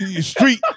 Street